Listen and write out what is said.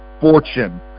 fortune